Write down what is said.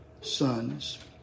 sons